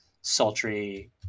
sultry